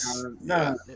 No